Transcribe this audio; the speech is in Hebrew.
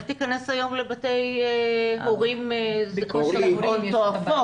תיכנס היום לבית הורים שעולים הון תועפות.